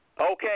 Okay